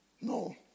No